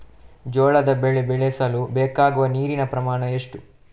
ಜೋಳದ ಬೆಳೆ ಬೆಳೆಸಲು ಬೇಕಾಗುವ ನೀರಿನ ಪ್ರಮಾಣ ಎಷ್ಟು?